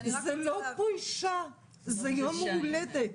זה לא פרישה, זה יום הולדת.